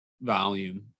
volume